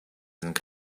and